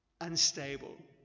Unstable